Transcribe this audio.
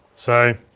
so,